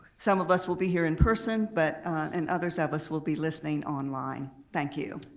some of us will be here in person but and others of us will be listening online, thank you.